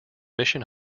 mission